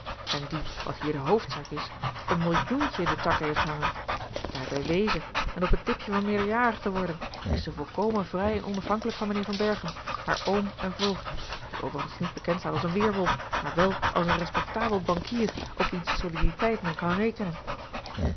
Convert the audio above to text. en die wat hier de hoofdzaak is een millioentje in de takken heeft hangen daarbij weeze en op het tipje van meerderjarig te worden is ze volkomen vrij en onafhankelijk van mijnheer van berchem haar oom en voogd die overigens niet bekend staat als een weerwolf maar wel als een respectabel bankier op wiens soliditeit men kan rekenen